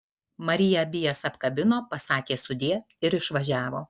marija abi jas apkabino pasakė sudie ir išvažiavo